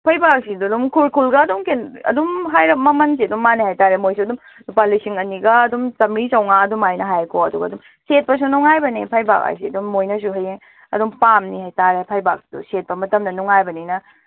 ꯐꯩꯕꯥꯛꯁꯤꯗꯤ ꯑꯗꯨꯝ ꯈꯨꯔꯈꯨꯜꯒ ꯑꯗꯨꯝ ꯑꯗꯨꯝ ꯍꯥꯏꯔꯞ ꯃꯃꯟꯗꯤ ꯑꯗꯨꯝ ꯃꯥꯟꯅꯩ ꯍꯥꯏꯇꯥꯔꯦ ꯃꯣꯏꯁꯨ ꯑꯗꯨꯝ ꯂꯨꯄꯥ ꯂꯤꯁꯤꯡ ꯑꯅꯤꯒ ꯑꯗꯨꯝ ꯆꯥꯝꯃꯔꯤ ꯃꯥꯝꯃꯉꯥ ꯑꯗꯨꯝ ꯍꯥꯏꯀꯣ ꯑꯗꯨꯒ ꯑꯗꯨꯝ ꯁꯦꯠꯄꯁꯨ ꯅꯨꯡꯉꯥꯏꯕꯅꯤ ꯐꯩꯕꯥꯛ ꯍꯥꯏꯁꯤ ꯑꯗꯨꯝ ꯃꯣꯏꯅꯁꯨ ꯍꯌꯦꯡ ꯑꯗꯨꯝ ꯄꯥꯝꯅꯤ ꯍꯥꯏꯇꯥꯔꯦ ꯐꯩꯕꯥꯛꯇꯨ ꯁꯦꯠꯄ ꯃꯇꯝꯗ ꯅꯨꯡꯉꯥꯏꯕꯅꯤꯅ